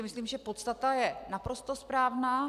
Myslím si, že podstata je naprosto správná.